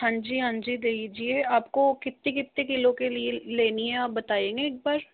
हाँ जी हाँ जी दीजिए आपको कितने कितने किलो के लिए लेनी है आप बताएंगे एक बार